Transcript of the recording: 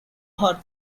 her